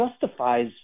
justifies